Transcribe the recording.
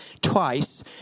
twice